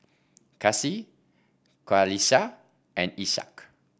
Kasih Qalisha and Ishak